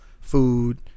food